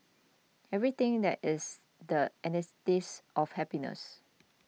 everything that is the antithesis of happiness